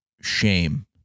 shame